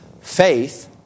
faith